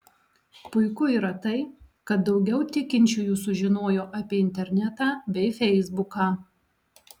puiku yra tai kad daugiau tikinčiųjų sužinojo apie internetą bei feisbuką